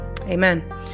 Amen